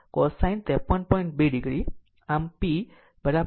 2 o આમ P 600 vote